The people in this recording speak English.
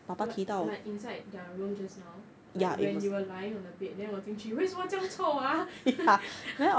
like like inside their room just now like when you were lying on the bed then 我进去为什么这样臭啊